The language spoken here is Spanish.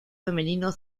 femenino